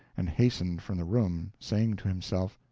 and hastened from the room, saying to himself,